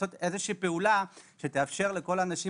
לעשות איזושהי פעולה שתאפשר לכל האנשים